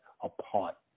apart